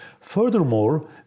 Furthermore